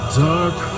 dark